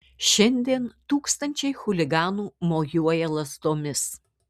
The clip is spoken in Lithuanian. šiandien tūkstančiai chuliganų mojuoja lazdomis